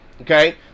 okay